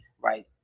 Right